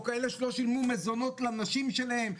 או כאלה שלא שילמו מזונות לאנשים שלהן,